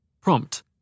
Prompt